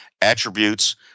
attributes